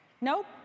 Nope